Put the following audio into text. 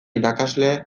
irakasle